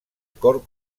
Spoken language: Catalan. cor